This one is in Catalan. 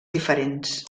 diferents